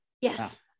Yes